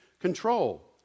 control